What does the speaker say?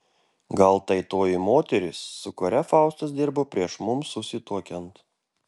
gal tai toji moteris su kuria faustas dirbo prieš mums susituokiant